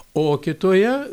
o kitoje